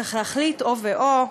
צריך להחליט או או.